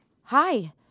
Hi